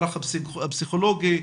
הפסיכולוגי,